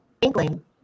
inkling